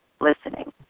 listening